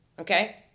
Okay